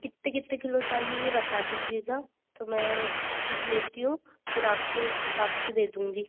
कितने कितने किलो चाहिए ये बता दीजिएगा तो मैं लिख लेती हूँ फिर आपको इस हिसाब से दे दूँगी